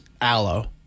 aloe